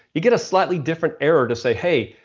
you get a slightly different error to say, hey,